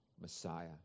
Messiah